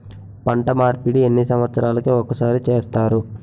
పంట మార్పిడి ఎన్ని సంవత్సరాలకి ఒక్కసారి చేస్తారు?